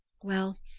well,